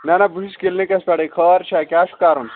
نہ نہ بہٕ چھُس کِلنِکس پیٚٹھٕے خٲر چھا کیٛاہ چھُ کرُن